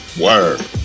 Word